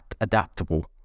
adaptable